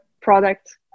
product